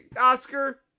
Oscar